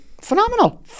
phenomenal